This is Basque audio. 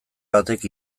batek